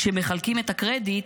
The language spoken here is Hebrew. כשמחלקים את הקרדיט,